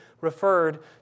referred